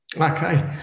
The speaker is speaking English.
Okay